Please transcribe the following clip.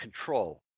control